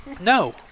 No